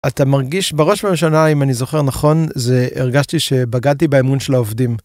אתה מרגיש בראש ובראשונה, אם אני זוכר נכון, זה הרגשתי שבגדתי באמון של העובדים.